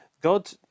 God